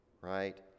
Right